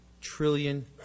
trillion